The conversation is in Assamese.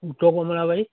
উত্তৰ কমলাবাৰী